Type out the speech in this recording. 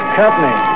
company